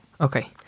Okay